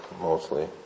mostly